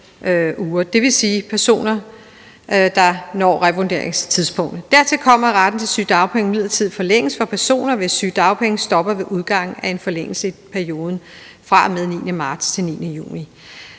dvs. personer, der når revurderingstidspunktet. Dertil kommer, at retten til sygedagpenge midlertidigt forlænges for personer, hvis sygedagpenge stopper ved udgangen af en forlængelse i perioden fra og med 9. marts til 9. juni.